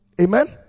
amen